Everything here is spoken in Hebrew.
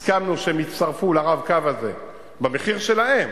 הסכמנו שהם יצטרפו ל"רב-קו" הזה במחיר שלהם